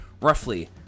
roughly